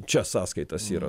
čia sąskaitas yra